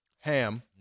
ham